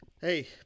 Hey